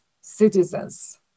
citizens